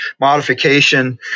modification